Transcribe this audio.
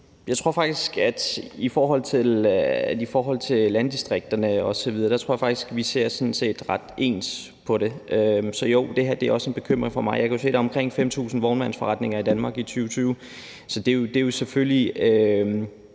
jeg sige: I forhold til landdistrikterne osv. tror jeg faktisk, at vi sådan set ser ret ens på det. Så jo, det her er også en bekymring for mig. Jeg kan jo se, at der var omkring 5.000 vognmandsforretninger i Danmark i 2020. Så det er selvfølgelig